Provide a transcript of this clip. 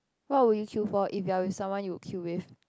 what will you queue for if you are with someone you queue with